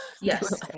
yes